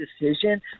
decision